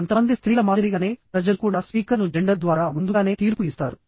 కొంతమంది స్త్రీల మాదిరిగానే ప్రజలు కూడా స్పీకర్ను జెండర్ ద్వారా ముందుగానే తీర్పు ఇస్తారు